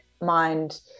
mind